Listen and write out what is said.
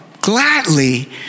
gladly